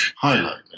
highlight